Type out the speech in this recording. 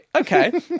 Okay